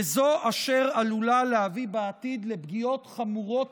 וזו אשר עלולה להביא בעתיד לפגיעות חמורות